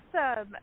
awesome